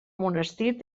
monestir